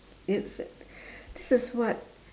it's this is what